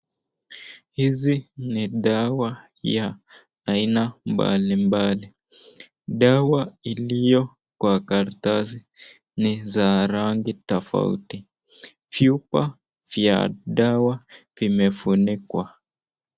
Hizi ni dawa ya aina mbalimbali. Dawa iliyo kwa karatasi ni za rangi tofauti. Vyupa vya dawa vimefunikwa.